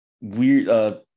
Weird